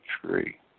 tree